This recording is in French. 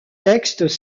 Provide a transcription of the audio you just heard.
textes